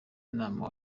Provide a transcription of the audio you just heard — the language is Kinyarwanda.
nama